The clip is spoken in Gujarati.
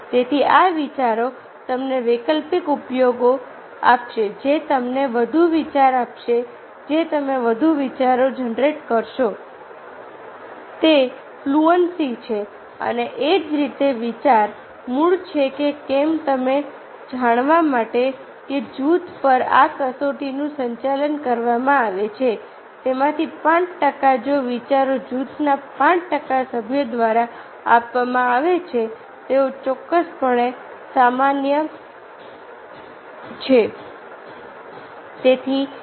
તેથી આ વિચારો તમને વૈકલ્પિક ઉપયોગો આપશે જે તમને વધુ વિચાર આપશે જે તમે વધુ વિચારો જનરેટ કરશો તે ફ્લુન્સી છે અને એ જ રીતે વિચાર મૂળ છે કે કેમ તે જાણવા માટે કે જે જૂથ પર આ કસોટીનું સંચાલન કરવામાં આવે છે તેમાંથી 5 ટકા જો વિચાર જૂથના 5 ટકા સભ્યો દ્વારા આપવામાં આવે છે તેઓ ચોક્કસપણે સામાન્ય અસામાન્ય છે